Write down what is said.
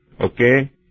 Okay